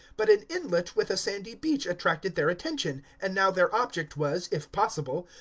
but an inlet with a sandy beach attracted their attention, and now their object was, if possible,